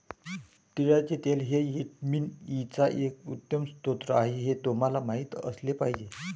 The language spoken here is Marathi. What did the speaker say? तिळाचे तेल हे व्हिटॅमिन ई चा एक उत्तम स्रोत आहे हे तुम्हाला माहित असले पाहिजे